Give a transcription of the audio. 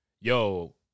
Yo